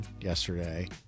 Yesterday